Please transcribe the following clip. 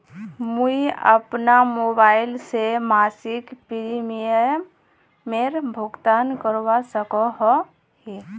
मुई अपना मोबाईल से मासिक प्रीमियमेर भुगतान करवा सकोहो ही?